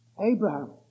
Abraham